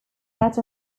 that